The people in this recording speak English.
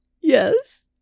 Yes